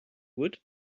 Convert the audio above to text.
would